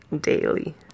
daily